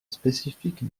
spécifique